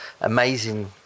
Amazing